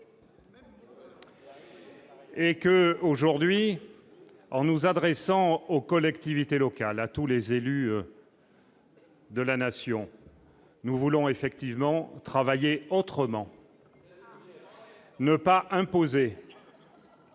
Et que, aujourd'hui, en nous adressant aux collectivités locales à tous les élus. De la nation nous voulons effectivement travailler autrement. Ne pas imposer